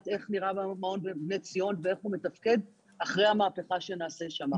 איך נראה המעון בבני ציון ואיך הוא מתפקד אחרי המהפכה שנעשה שם.